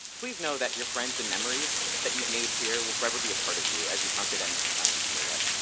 please know that your friends and memories that you've made here will forever be a part of you as you conquer the next challenge in your life.